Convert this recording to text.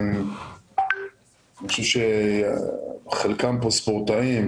אני חושב שחלקם פה ספורטאים,